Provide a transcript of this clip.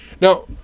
Now